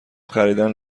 خریدن